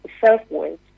self-worth